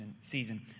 season